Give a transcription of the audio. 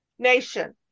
nation